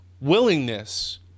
willingness